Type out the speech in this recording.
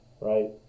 Right